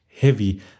heavy